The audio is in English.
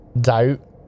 doubt